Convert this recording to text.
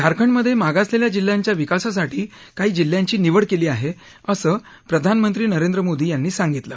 झारखंडमध्ये मागासलेल्या जिल्ह्यांच्या विकासासाठी काही जिल्ह्यांची निवड केली आहे असं प्रधानमंत्री नरेंद्र मोदी यांनी सांगितलं